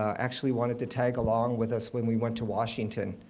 actually wanted to tag along with us when we went to washington.